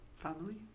Family